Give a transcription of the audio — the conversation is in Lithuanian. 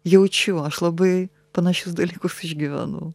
jaučiu aš labai panašius dalykus išgyvenu